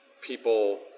people